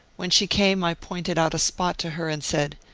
when she came i pointed out a spot to her and said,